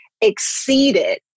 exceeded